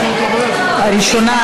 הראשונה,